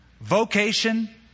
vocation